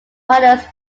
harness